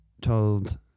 told